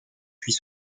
puis